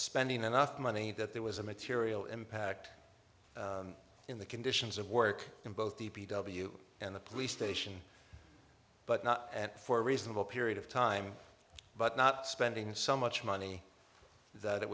spending enough money that there was a material impact in the conditions of work in both the p w and the police station but not at for a reasonable period of time but not spending so much money that it